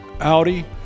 Audi